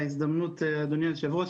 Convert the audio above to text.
ההזדמנות אדוני היושב-ראש,